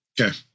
Okay